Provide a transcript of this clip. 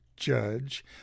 Judge